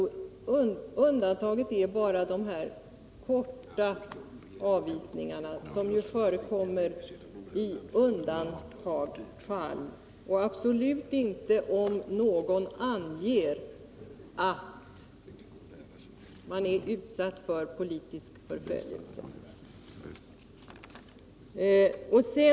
Undantaget är bara dessa korta avvisningar, som förekommer i undantagsfall och absolut inte om det anges att man är utsatt för politisk förföljelse.